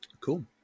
Cool